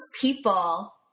people